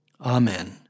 Amen